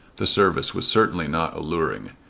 the service was certainly not alluring.